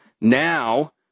Now